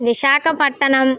Visakhapatnam